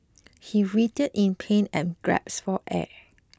he writhed in pain and gasped for air